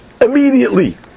immediately